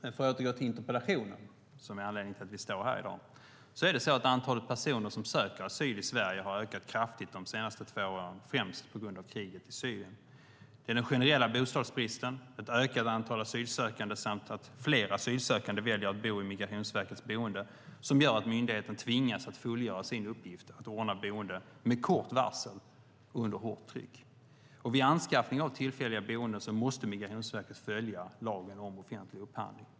För att återgå till interpellationen som är anledningen till att vi står här i dag: Antalet personer som söker asyl i Sverige har ökat kraftigt de senaste två åren, främst på grund av kriget i Syrien. Det är den generella bostadsbristen, ett ökat antal asylsökande samt det faktum att fler asylsökande väljer att bo i Migrationsverkets boenden som gör att myndigheten tvingas att fullgöra sin uppgift att ordna boende med kort varsel under hårt tryck. Vid anskaffning av tillfälliga boenden måste Migrationsverket följa lagen om offentlig upphandling.